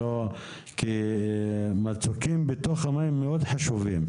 כי מצוקים בתוך המים מאוד חשובים,